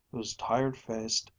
those tired-faced,